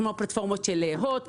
או כמו הפלטפורמות של הוט,